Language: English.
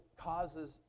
causes